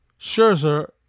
Scherzer